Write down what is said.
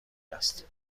است